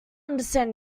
understanding